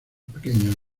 pequeños